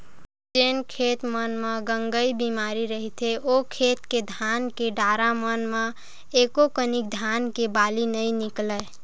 जेन खेत मन म गंगई बेमारी रहिथे ओ खेत के धान के डारा मन म एकोकनक धान के बाली नइ निकलय